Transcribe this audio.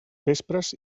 vespres